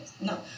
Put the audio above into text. No